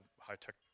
high-tech